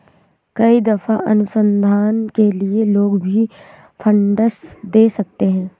कई दफा अनुसंधान के लिए लोग भी फंडस दे सकते हैं